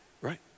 right